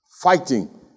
fighting